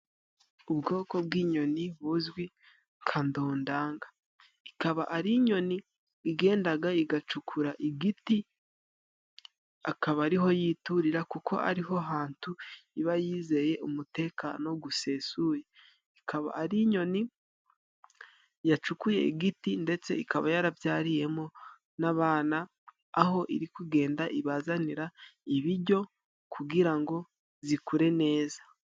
Ubwoko bw'inyoni buzwi nka ndondanga ikaba ari inyoni igendaga igacukura igiti akaba ariho yiturira kuko ari ho hatu iba yizeye umutekano gusesuye ikaba ari inyoni yacukuye igiti ndetse ikaba yarabyariyemo n'abana aho iri kugenda ibazanira ibijyo kugira ngo zikure neza.